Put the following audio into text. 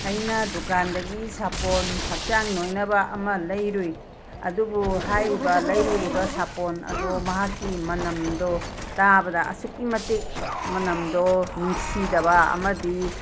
ꯑꯩꯅ ꯗꯨꯀꯥꯟꯗꯒꯤ ꯁꯥꯄꯣꯟ ꯍꯛꯆꯥꯡ ꯅꯣꯏꯅꯕ ꯑꯃ ꯂꯩꯔꯨꯏ ꯑꯗꯨꯕꯨ ꯍꯥꯏꯔꯤꯕ ꯂꯩꯔꯨꯔꯤꯕ ꯁꯥꯄꯣꯟ ꯑꯗꯣ ꯃꯍꯥꯛꯀꯤ ꯃꯅꯝꯗꯣ ꯇꯥꯕꯗ ꯑꯁꯨꯛꯀꯤ ꯃꯇꯤꯛ ꯃꯅꯝꯗꯣ ꯅꯨꯡꯁꯤꯗꯕ ꯑꯃꯗꯤ